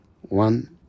One